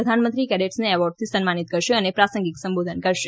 પ્રધાનમંત્રી કેડેટ્સને એવોર્ડથી સન્માનિત કરશે અને પ્રાસંગિક સંબોધન કરશે